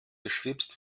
beschwipst